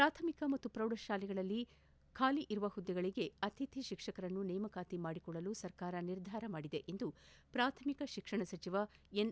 ಪ್ರಾಥಮಿಕ ಮತ್ತು ಪ್ರೌಢಶಾಲೆಗಳಲ್ಲಿ ಖಾಲಿ ಇರುವ ಹುದ್ದೆಗಳಗೆ ಅತಿಥಿ ಶಿಕ್ಷಕರನ್ನು ನೇಮಕಾತಿ ಮಾಡಿಕೊಳ್ಳಲು ಸರ್ಕಾರ ನಿರ್ಧಾರ ಮಾಡಿದೆ ಎಂದು ಪ್ರಾಥಮಿಕ ಶಿಕ್ಷಣ ಸಚಿವ ಎನ್